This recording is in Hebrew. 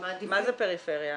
מה זו פריפריה?